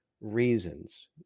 reasons